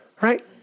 right